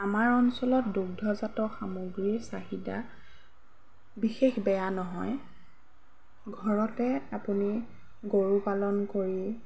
আমাৰ অঞ্চলত দুগ্ধজাত সামগ্ৰীৰ চাহিদা বিশেষ বেয়া নহয় ঘৰতে আপুনি গৰু পালন কৰি